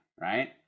right